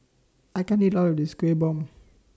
I can't eat All of This Kuih Bom